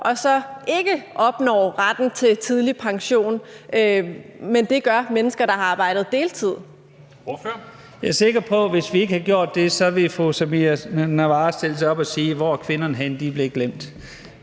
og så ikke opnår retten til tidlig pension, men at det gør mennesker, der har arbejdet på deltid?